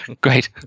Great